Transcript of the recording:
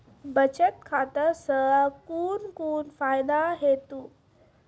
बचत खाता सऽ कून कून फायदा हेतु?